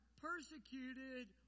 persecuted